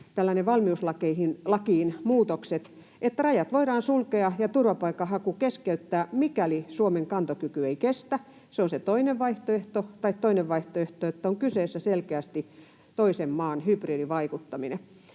vuoksi valmiuslakiin muutokset, että rajat voidaan sulkea ja turvapaikanhaku keskeyttää, mikäli Suomen kantokyky ei kestä. Se on se toinen vaihtoehto. Tai toinen vaihtoehto, että on kyseessä selkeästi toisen maan hybridivaikuttaminen.